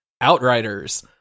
Outriders